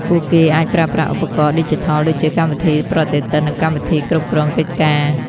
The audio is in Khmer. ពួកគេអាចប្រើប្រាស់ឧបករណ៍ឌីជីថលដូចជាកម្មវិធីប្រតិទិននិងកម្មវិធីគ្រប់គ្រងកិច្ចការ។